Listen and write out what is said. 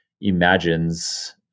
imagines